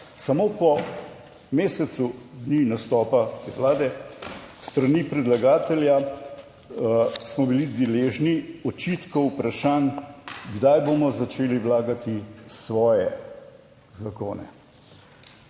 samo po mesecu dni nastopa te vlade s strani predlagatelja smo bili deležni očitkov, vprašanj kdaj bomo začeli vlagati svoje zakone.